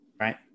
Right